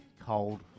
cold